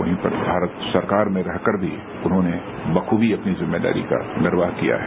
उन पर भारत सरकार में रहकर भी उन्होंने बखूबी अपनी जिम्मेदारी का निर्वाह किया है